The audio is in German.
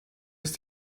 ist